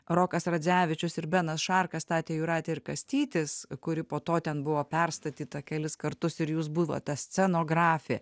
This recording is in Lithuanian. rokas radzevičius ir benas šarka statė jūratė ir kastytis kuri po to ten buvo perstatyta kelis kartus ir jūs buvot ta scenografė